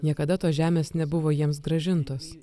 niekada tos žemės nebuvo jiems grąžintos